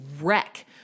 wreck